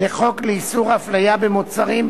לחוק איסור הפליה במוצרים,